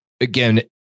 again